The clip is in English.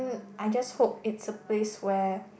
I just hope it's a place where